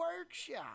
workshop